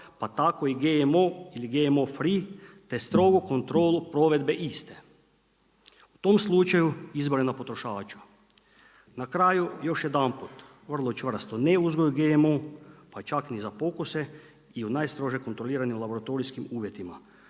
pa tako i GMO ili GMO free te strogo kontrolu provedbe iste. U tom slučaju izbor je na potrošača. Na kraju još jedanput, vrlo čvrsto ne uzgoju GMO, pa čak ni za pokuse i u najstrožim kontroliranim laboratorijskim uvjetima.